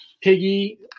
Piggy